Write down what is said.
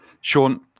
Sean